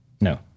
No